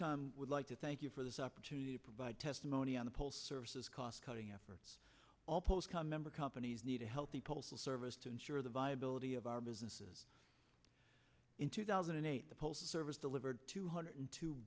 chairman would like to thank you for this opportunity to provide testimony on the pole services cost cutting efforts all post come member companies need a healthy postal service to ensure the viability of our businesses in two thousand and eight the postal service delivered two hundred